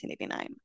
1989